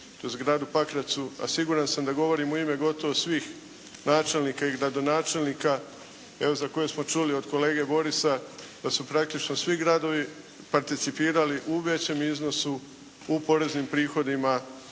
to jest gradu Pakracu, a siguran sam da govorim u ime gotovo svih načelnika i gradonačelnika za koje smo čuli od kolege Borisa da su praktično svi gradovi participirali u većem iznosu u poreznim prihodima